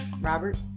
Robert